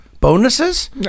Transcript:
Bonuses